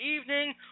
evening